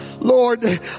Lord